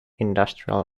industrial